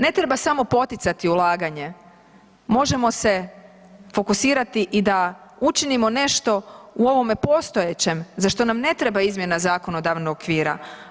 Ne treba samo poticati ulaganje, možemo se fokusirati i da učinimo nešto u ovome postojećem, za što nam ne treba izmjena zakonodavnog okvira.